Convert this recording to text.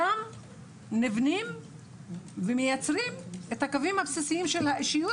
שם נבנים ומייצרים את הקווים הבסיסיים של האישיות,